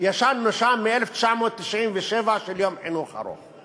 ישן-נושן מ-1997 של יום חינוך ארוך.